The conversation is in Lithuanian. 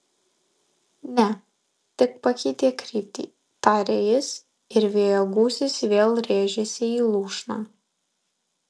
ne tik pakeitė kryptį tarė jis ir vėjo gūsis vėl rėžėsi į lūšną